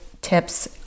tips